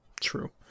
True